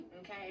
Okay